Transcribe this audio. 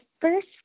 first